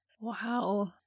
Wow